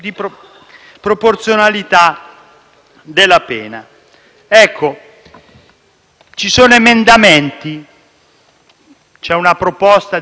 sono degli emendamenti e c'è una proposta di ritornare in Commissione.